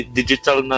digital